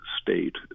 state